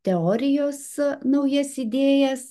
teorijose naujas idėjas